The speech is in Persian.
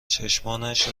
چشمانش